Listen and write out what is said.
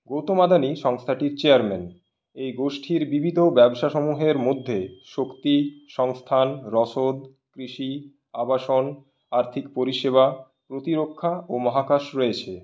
গৌতম আদানি সংস্থাটির চেয়ারম্যান এই গোষ্ঠীর বিবিধ ব্যবসাসমূহের মধ্যে শক্তি সংস্থান রসদ কৃষি আবাসন আর্থিক পরিষেবা প্রতিরক্ষা ও মহাকাশ রয়েছে